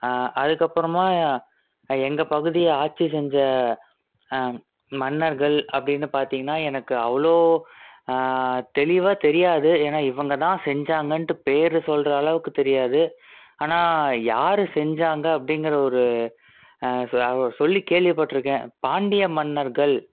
அதுக்கப்புறமா எங்கள் பகுதியை ஆட்சி செஞ்ச மன்னர்கள் அப்படின்னு பார்த்தீங்கன்னா எனக்கு அவ்வளோ தெளிவாக தெரியாது ஏன்னா இவங்க தான் செஞ்சாங்கன்ட்டு பேர் சொல்கிற அளவுக்கு தெரியாது ஆனால் யார் செஞ்சாங்க அப்படிங்கிற ஒரு அவர் சொல்லி கேள்விப்பட்டுருக்கேன் பாண்டிய மன்னர்கள்